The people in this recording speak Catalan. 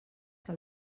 que